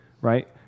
right